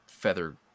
feather